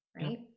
right